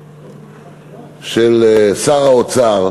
היהירות של שר האוצר,